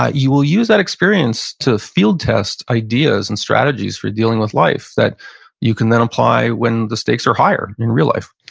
ah you will use that experience to field-test ideas and strategies for dealing with life that you can then apply when the stakes are higher in real life